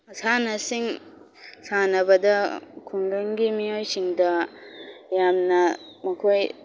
ꯃꯁꯥꯟꯅꯁꯤꯡ ꯁꯥꯟꯅꯕꯗ ꯈꯨꯡꯒꯪꯒꯤ ꯃꯤꯑꯣꯏꯁꯤꯡꯗ ꯌꯥꯝꯅ ꯃꯈꯣꯏ